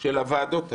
של הוועדות האלה.